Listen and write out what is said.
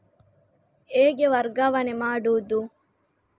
ಹೇಗೆ ವರ್ಗಾವಣೆ ಮಾಡುದು?